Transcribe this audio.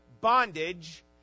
bondage